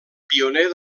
pioner